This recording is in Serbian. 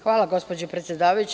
Hvala gospođo predsedavajuća.